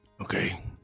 Okay